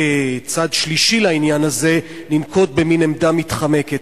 כצד שלישי לעניין הזה, ננקוט מין עמדה מתחמקת.